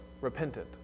repentant